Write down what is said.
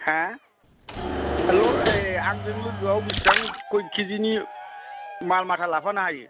मा हेल' आंजों लोगोआव बेसेबां कय के जि नि माल माथा लाफानो हायो